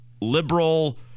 liberal